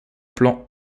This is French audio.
plan